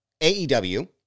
AEW